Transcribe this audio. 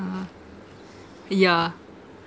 uh yeah